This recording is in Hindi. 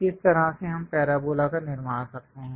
इस तरह से हम पैराबोला का निर्माण करते हैं